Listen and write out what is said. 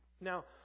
Now